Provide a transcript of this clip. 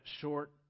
short